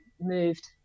moved